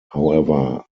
however